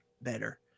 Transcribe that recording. better